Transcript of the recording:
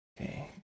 Okay